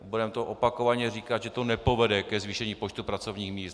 Budeme opakovaně říkat, že to nepovede ke zvýšení počtu pracovních míst.